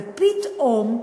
ופתאום,